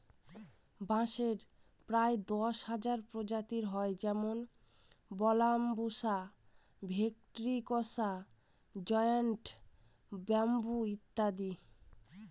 বাঁশের প্রায় দশ হাজার প্রজাতি হয় যেমন বাম্বুসা ভেন্ট্রিকসা জায়ন্ট ব্যাম্বু ইত্যাদি